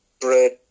bread